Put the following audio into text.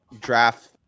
draft